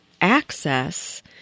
access